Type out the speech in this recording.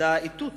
היתה איתות